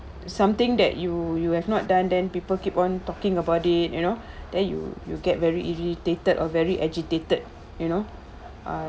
something that you you have not done then people keep on talking about it you know then you you get very irritated or very agitated you know uh